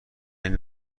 این